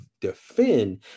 defend